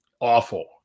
Awful